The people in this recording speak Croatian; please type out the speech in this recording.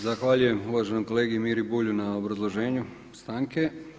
Zahvaljujem uvaženom kolegi Miri Bulju na obrazloženju stanke.